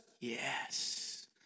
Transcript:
Yes